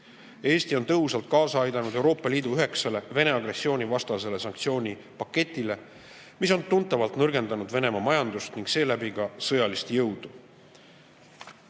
Eesti on tõhusalt kaasa aidanud Euroopa Liidu üheksale Vene agressiooni vastasele sanktsioonipaketile, mis on tuntavalt nõrgendanud Venemaa majandust ning seeläbi ka sõjalist jõudu.